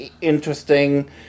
interesting